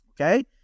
okay